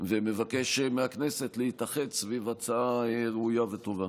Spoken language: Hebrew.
ומבקש מהכנסת להתאחד סביב הצעה ראויה וטובה.